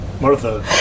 Martha